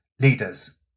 leaders